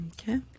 Okay